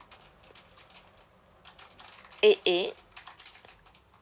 eight eight